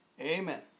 Amen